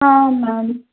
ಹಾಂ ಮ್ಯಾಮ್